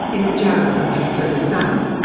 in the jarrah country further south.